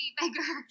bigger